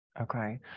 Okay